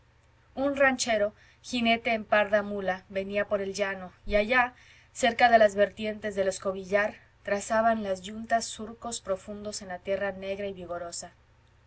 un ranchero jinete en parda mula venía por el llano y allá cerca de las vertientes del escobillar trazaban las yuntas surcos profundos en la tierra negra y vigorosa